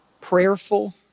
Prayerful